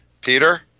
Peter